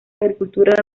agricultura